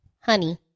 honey